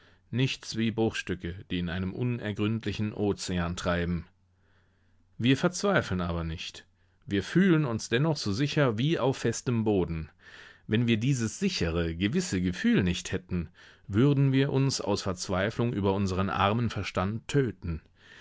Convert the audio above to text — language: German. nichts wie bruchstücke die in einem unergründlichen ozean treiben wir verzweifeln aber nicht wir fühlen uns dennoch so sicher wie auf festem boden wenn wir dieses sichere gewisse gefühl nicht hätten würden wir uns aus verzweiflung über unseren armen verstand töten